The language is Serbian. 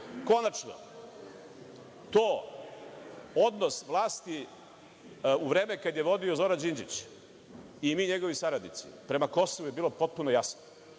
znate. Konačno, to odnos vlasti u vreme kada je vodio Zoran Đinđić i mi njegovi saradnici prema Kosovu je bilo potpuno jasno.